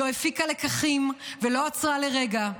לא הפיקה לקחים ולא עצרה לרגע.